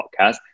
podcast